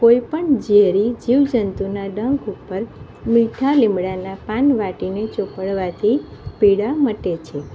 કોઈપણ ઝેરી જીવજંતુના ડંખ ઉપર મીઠા લીંબડાનાં પાન વાટીને ચોપડવાથી પીડા મટે છે